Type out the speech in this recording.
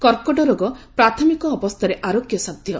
କର୍କଟ ରୋଗ ପ୍ରାଥମିକ ଅବସ୍ରାରେ ଆରୋଗ୍ୟସାଧ୍ଯ